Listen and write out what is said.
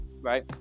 right